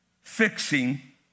Fixing